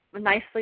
nicely